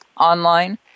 online